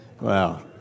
Wow